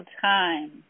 time